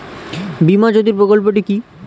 বীমা জ্যোতি প্রকল্পটি কি?